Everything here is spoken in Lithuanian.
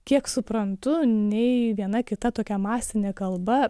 kiek suprantu nei viena kita tokia masinė kalba